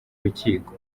rukiko